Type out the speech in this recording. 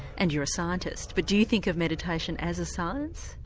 and you're a scientist, but do you think of meditation as a science?